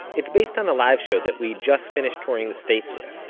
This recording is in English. it's based on a live show that we just finished touring the states with.